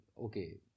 okay